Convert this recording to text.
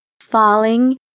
falling